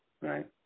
right